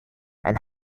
and